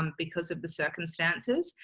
um because of the circumstances.